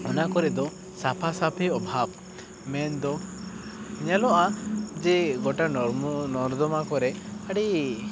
ᱚᱱᱟ ᱠᱚᱨᱮ ᱫᱚ ᱥᱟᱯᱷᱟ ᱥᱟᱹᱯᱷᱤ ᱚᱵᱷᱟᱵ ᱢᱮᱱ ᱫᱚ ᱧᱮᱞᱚᱜᱼᱟ ᱡᱮ ᱜᱚᱴᱟ ᱱᱚᱨᱢᱚ ᱱᱚᱨᱫᱷᱢᱟ ᱠᱚᱨᱮ ᱟᱹᱰᱤ